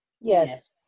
Yes